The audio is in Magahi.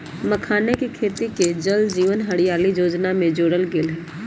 मखानके खेती के जल जीवन हरियाली जोजना में जोरल गेल हई